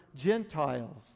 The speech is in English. Gentiles